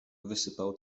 wysypał